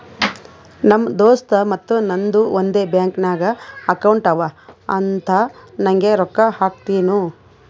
ನಮ್ ದೋಸ್ತ್ ಮತ್ತ ನಂದು ಒಂದೇ ಬ್ಯಾಂಕ್ ನಾಗ್ ಅಕೌಂಟ್ ಅವಾ ಅಂತ್ ನಂಗೆ ರೊಕ್ಕಾ ಹಾಕ್ತಿನೂ